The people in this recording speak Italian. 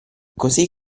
così